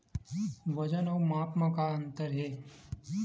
वजन अउ माप म का अंतर हे?